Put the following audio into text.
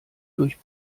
durch